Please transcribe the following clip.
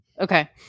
Okay